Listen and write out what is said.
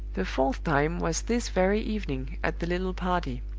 the fourth time was this very evening, at the little party.